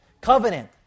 covenant